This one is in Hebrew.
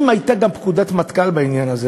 אם הייתה גם פקודת מטכ"ל בעניין הזה,